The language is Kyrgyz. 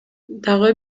дагы